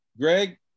Greg